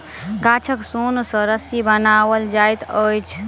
गाछक सोन सॅ रस्सी बनाओल जाइत अछि